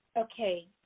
Okay